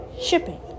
shipping